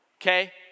okay